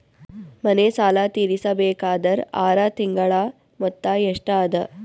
ಮನೆ ಸಾಲ ತೀರಸಬೇಕಾದರ್ ಆರ ತಿಂಗಳ ಮೊತ್ತ ಎಷ್ಟ ಅದ?